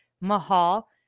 Mahal